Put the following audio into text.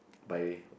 by